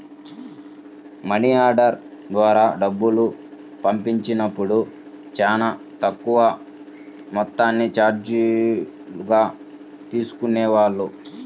money order ద్వారా డబ్బులు పంపించినప్పుడు చానా తక్కువ మొత్తాన్ని చార్జీలుగా తీసుకునేవాళ్ళు